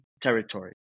territory